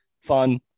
Fun